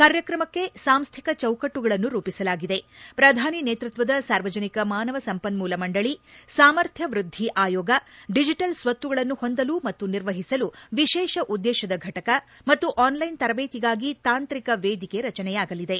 ಕಾರ್ಯಕ್ರಮಕ್ಕೆ ಸಾಂಸ್ಥಿಕ ಚೌಕಟ್ಟುಗಳನ್ನು ರೂಪಿಸಲಾಗಿದೆ ಪ್ರಧಾನಿ ನೇತೃತ್ವದ ಸಾರ್ವಜನಿಕ ಮಾನವ ಸಂಪನ್ಮೂಲ ಮಂಡಳಿ ಸಾಮರ್ಥ್ಯ ವೃದ್ದಿ ಆಯೋಗ ಡಿಜಿಟಲ್ ಸ್ಲತ್ತುಗಳನ್ನು ಹೊಂದಲು ಮತ್ತು ನಿರ್ವಹಿಸಲು ವಿಶೇಷ ಉದ್ದೇಶದ ಘಟಕ ಮತ್ತು ಆನ್ ಲೈನ್ ತರಬೇತಿಗಾಗಿ ತಾಂತ್ರಿಕ ವೇದಿಕೆ ರಚನೆಯಾಗಲಿವೆ